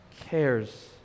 cares